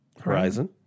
Horizon